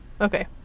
Okay